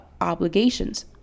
obligations